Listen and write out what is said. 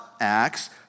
Acts